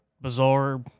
bizarre